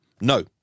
no